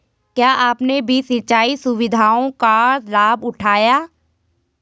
क्या आपने भी सिंचाई सुविधाओं का लाभ उठाया